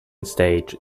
stage